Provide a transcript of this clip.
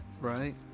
Right